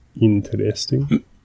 Interesting